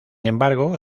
embargo